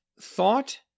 thought